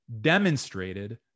demonstrated